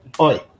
oi